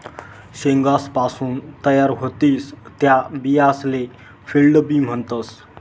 शेंगासपासून तयार व्हतीस त्या बियासले फील्ड बी म्हणतस